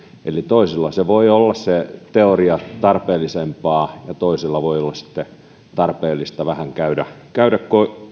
eli toiselle voi olla se teoria tarpeellisempaa ja toiselle voi olla sitten tarpeellista vähän käydä käydä